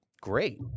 great